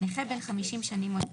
נכה בן 50 שנים או יותר,